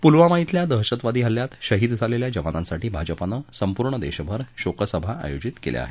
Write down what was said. पुलवामा ब्रिल्या दहशतवादी हल्ल्यात शहीद झालेल्या जवानांसाठी भाजपानं संपूर्ण देशभर शोकसभा आयोजित केल्या आहेत